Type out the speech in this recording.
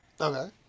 Okay